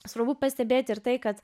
svarbu pastebėti ir tai kad